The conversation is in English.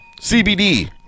CBD